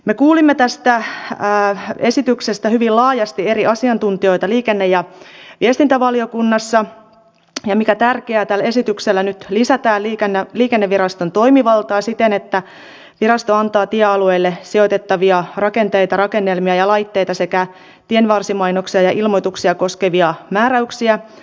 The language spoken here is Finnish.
me kuulimme tästä esityksestä hyvin laajasti eri asiantuntijoita liikenne ja viestintävaliokunnassa ja mikä tärkeää tällä esityksellä nyt lisätään liikenneviraston toimivaltaa siten että virasto antaa tiealueille sijoitettavia rakenteita rakennelmia ja laitteita sekä tienvarsimainoksia ja ilmoituksia koskevia määräyksiä